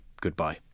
Goodbye